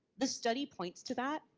this study points to that,